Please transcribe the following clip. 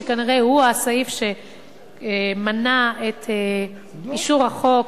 כנראה הוא הסעיף שמנע את אישור החוק,